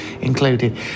included